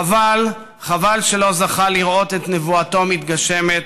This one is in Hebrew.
חבל שלא זכה לראות את נבואתו מתגשמת